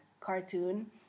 cartoon